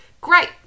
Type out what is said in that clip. Great